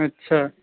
अच्छा